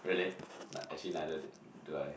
really nei~ actually neither do I